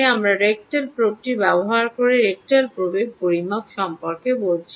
আমরা রেকটাল প্রোবটি ব্যবহার করে রেকটাল প্রোবের পরিমাপ সম্পর্কে বলেছি